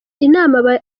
inama